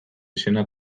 izena